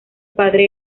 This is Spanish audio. padre